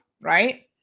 right